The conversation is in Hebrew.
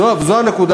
זאת הנקודה,